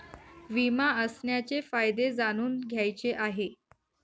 विमा असण्याचे फायदे जाणून घ्यायचे आहे